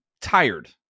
tired